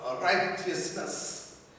righteousness